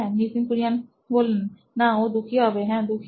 নিতিন কুরিয়ান সি ও ও নোইন ইলেক্ট্রনিক্স না ও দুঃখী হবে হ্যাঁ দুঃখী